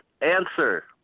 answer